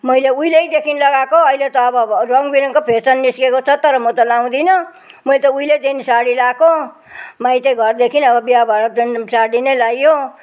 मैले उहिलेदेखि लगाएको अहिले त अब अब रङ बिरङको फेसन निस्केको छ तर म त लगाउँदिनँ मैले त उहिलेदेखि साडी लगाएको माइती घरदेखि अब बिहा भएर साडी नै लगाइयो